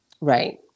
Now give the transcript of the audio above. Right